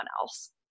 else